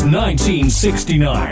1969